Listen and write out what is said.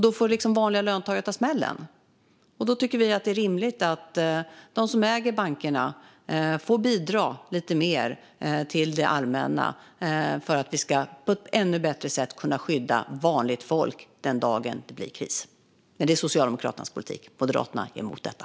Då får vanliga löntagare ta smällen. Vi tycker att det är rimligt att de som äger bankerna får bidra lite mer till det allmänna så att vi på ett ännu bättre sätt kan skydda vanligt folk den dagen det blir kris. Det är Socialdemokraternas politik. Moderaterna är emot detta.